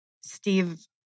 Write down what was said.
Steve